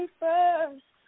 first